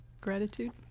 Gratitude